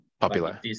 Popular